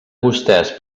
vostès